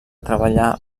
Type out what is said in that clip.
treballar